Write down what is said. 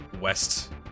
west